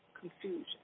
confusion